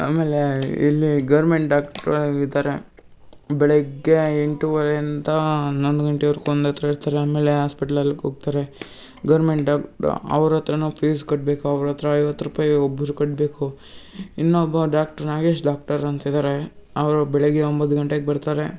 ಆಮೇಲೆ ಇಲ್ಲಿ government doctor ಇದ್ದಾರೆ ಬೆಳಿಗ್ಗೆ ಎಂಟೂವರೆಯಿಂದ ಹನ್ನೊಂದು ಗಂಟೆವರೆಗೂ ಒಂದು ಹತ್ರ ಇರ್ತಾರೆ ಆಮೇಲೆ ಹಾಸ್ಪಿಟಲಲ್ಗೆ ಹೋಗ್ತಾರೆ ಡಾಕ್ಟ್ರು ಅವ್ರ ಹತ್ರನೂ ಫೀಸ್ ಕಟ್ಟಬೇಕು ಅವ್ರ ಹತ್ರ ಐವತ್ತು ರೂಪಾಯಿ ಒಬ್ಬರು ಕಟ್ಟಬೇಕು ಇನ್ನೊಬ್ಬ ಡಾಕ್ಟ್ರ್ ನಾಗೇಶ್ ಡಾಕ್ಟರ್ ಅಂತಿದ್ದಾರೆ ಅವರು ಬೆಳಗ್ಗೆ ಒಂಬತ್ತು ಗಂಟೆಗೆ ಬರ್ತಾರೆ